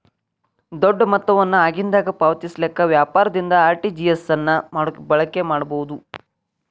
ದೊಡ್ಡ ಮೊತ್ತವನ್ನು ಆಗಿಂದಾಗ ಪಾವತಿಸಲಿಕ್ಕೆ ವ್ಯಾಪಾರದಿಂದ ಆರ್.ಟಿ.ಜಿ.ಎಸ್ ಅನ್ನ ಬಳಕೆ ಮಾಡಬಹುದು